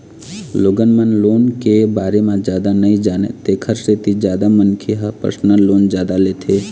लोगन मन लोन के बारे म जादा नइ जानय तेखर सेती जादा मनखे ह परसनल लोन जादा लेथे